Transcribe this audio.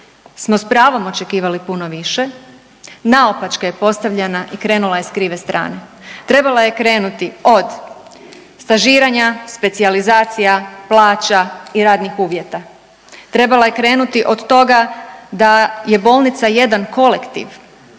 smo s pravom očekivali puno više. Naopačke je postavljena i krenula je s krive strane. Trebala je krenuti od stažiranja, specijalizacija, plaća i radnih uvjeta. Trebala je krenuti od toga da je bolnica jedan kolektiv,